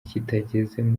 kitageze